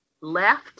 left